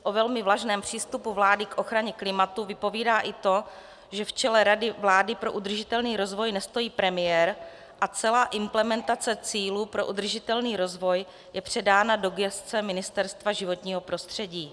O velmi vlažném přístupu vlády k ochraně klimatu vypovídá i to, že v čele Rady vlády pro udržitelný rozvoj nestojí premiér a celá implementace cílů pro udržitelný rozvoj je předána do gesce Ministerstva životního prostředí.